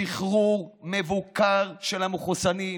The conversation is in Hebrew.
שחרור מבוקר של המחוסנים,